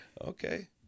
Okay